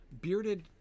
bearded